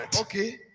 okay